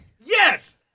Yes